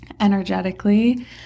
energetically